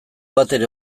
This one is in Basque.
batere